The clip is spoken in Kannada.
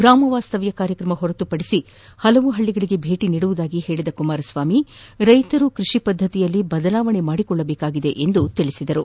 ಗ್ರಾಮ ವಾಸ್ತವ್ದ ಕಾರ್ಯಕ್ರಮ ಹೊರತುಪಡಿಸಿ ಹಲವಾರು ಹಳ್ಳಗಳಗೆ ಭೇಟಿ ನೀಡುವುದಾಗಿಯೂ ಹೇಳದ ಕುಮಾರಸ್ವಾಮಿ ರೈತರು ಕೃಷಿ ಪದ್ದತಿಯಲ್ಲಿ ಬದಲಾವಣೆ ಮಾಡಿಕೊಳ್ಳಬೇಕಾಗಿದೆ ಎಂದು ತಿಳಿಸಿದರು